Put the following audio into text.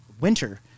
winter